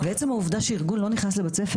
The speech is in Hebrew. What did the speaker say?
ועצם העובדה שארגון לא נכנס לבית ספר